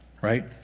right